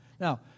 Now